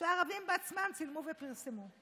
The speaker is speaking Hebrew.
שהערבים בעצם צילמו ופרסמו.